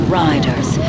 riders